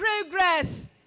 progress